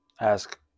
ask